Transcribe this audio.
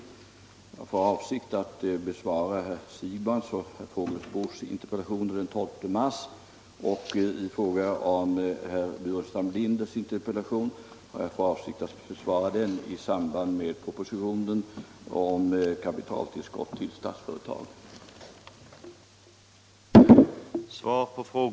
Jag har för avsikt att besvara herr Siegbahns och herr Fågelsbos interpellationer den 12 mars och herr Burenstam Linders interpellation i samband med behandlingen av propositionen om kapitaltillskott till Statsföretag.